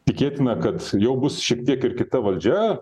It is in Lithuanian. tikėtina kad jau bus šiek tiek ir kita valdžia